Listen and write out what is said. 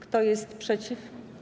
Kto jest przeciw?